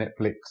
Netflix